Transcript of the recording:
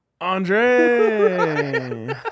andre